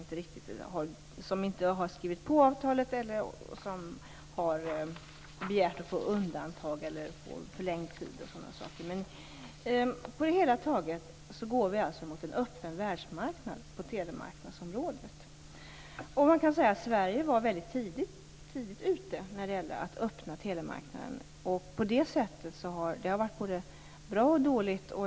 Några har inte skrivit på avtalet eller har begärt undantag eller förlängd tid. Men på det hela taget går vi alltså mot en öppen världsmarknad på telemarknadsområdet. Man kan säga att Sverige var tidigt ute när det gällde att öppna telemarknaden. Det har varit både bra och dåligt.